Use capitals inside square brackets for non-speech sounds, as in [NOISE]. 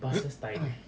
[COUGHS]